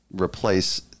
replace